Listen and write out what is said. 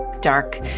dark